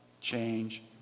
change